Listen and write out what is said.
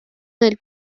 del